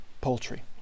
poultry